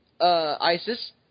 Isis